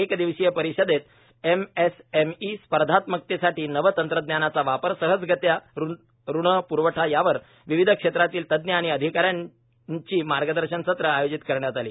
एक दिवसीय परिषदेत एमएसएमईमध्ये स्पर्धात्मकतेसाठी नव तंत्रज्ञानाचा वापरए सहजगत्या ऋण प्रवठा यावर विविध क्षेत्रातील तज्ज्ञ आणि अधिका यांची मार्गदर्शन सत्र आयोजित करण्यात आली